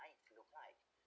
look like